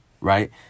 right